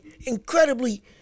incredibly